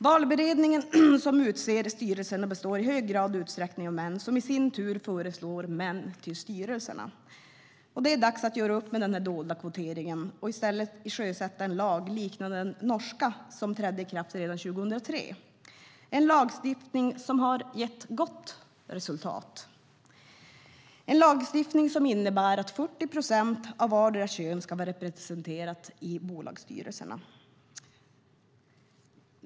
Valberedningarna som utser styrelserna består i stor utsträckning av män som i sin tur föreslår män till styrelserna. Det är dags att göra upp med denna dolda kvotering och i stället sjösätta en lag liknande den norska som trädde i kraft redan 2003. Det är en lagstiftning som har gett gott resultat. Det är en lagstiftning som innebär att minst 40 procent av vartdera könet ska vara representerat i bolagsstyrelserna.